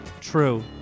true